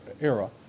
era